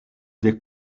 des